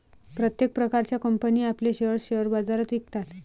प्रत्येक प्रकारच्या कंपनी आपले शेअर्स शेअर बाजारात विकतात